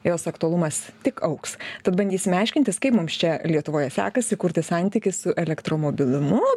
jos aktualumas tik augs tad bandysime aiškintis kaip mums čia lietuvoje sekasi kurti santykį su elektromobilumu